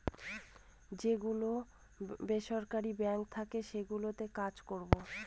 যে গুলো বেসরকারি বাঙ্ক থাকে সেগুলোতে কাজ করবো